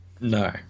No